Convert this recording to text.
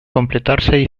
completarse